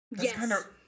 Yes